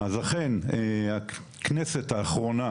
הכנסת האחרונה